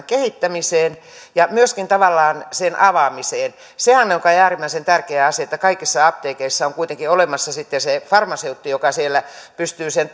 kehittämiseen ja myöskin tavallaan sen avaamiseen sehän on kai äärimmäisen tärkeä asia että kaikissa apteekeissa on kuitenkin olemassa sitten se farmaseutti joka siellä pystyy sen